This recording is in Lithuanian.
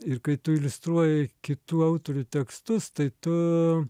ir kai tu iliustruoji kitų autorių tekstus tai tu